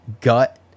gut